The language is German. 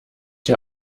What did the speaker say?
der